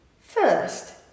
First